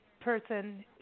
person